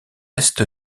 est